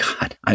God